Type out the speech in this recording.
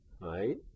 right